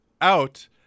out